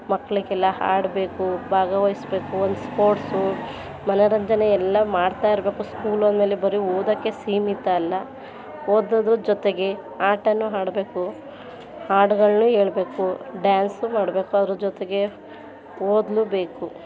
ಮಕ್ಳಿಗೆಲ್ಲ ಹಾಡಬೇಕು ಭಾಗವಹಿಸ್ಬೇಕು ಒಂದು ಸ್ಪೋರ್ಟ್ಸು ಮನೋರಂಜನೆ ಎಲ್ಲ ಮಾಡ್ತಾಯಿರಬೇಕು ಸ್ಕೂಲು ಅಂದಮೇಲೆ ಬರೀ ಓದೋಕ್ಕೆ ಸೀಮಿತ ಅಲ್ಲ ಓದೋದ್ರ ಜೊತೆಗೆ ಆಟವೂ ಆಡ್ಬೇಕು ಹಾಡುಗಳ್ನು ಹೇಳ್ಬೇಕು ಡ್ಯಾನ್ಸು ಮಾಡಬೇಕು ಅದ್ರ ಜೊತೆಗೆ ಓದ್ಲೂ ಬೇಕು